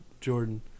Jordan